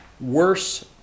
Worse